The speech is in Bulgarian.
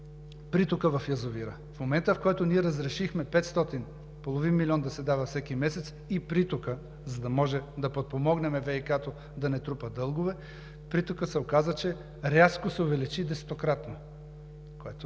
притокът в язовира. В момента, в който ние разрешихме половин милион да се дава всеки месец, за да може да подпомогнем ВиК-то да не трупа дългове, притокът се оказа, че рязко се увеличи, десетократно,